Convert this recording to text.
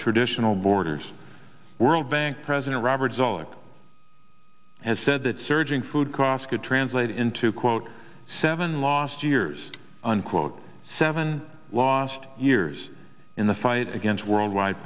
traditional borders world bank president robert zoellick has said that surging food costs could translate into quote seven lost years unquote seven lost years in the fight against worldwide